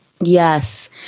Yes